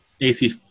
AC